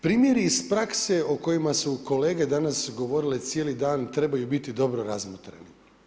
Primjeri iz prakse o kojima su kolege danas govorile cijeli dan trebaju biti dobro razmotreni.